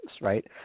right